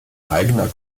eigener